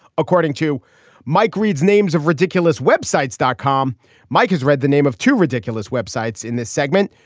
according to mike reid's names of ridiculous web sites dot com mike has read the name of two ridiculous web sites in this segment.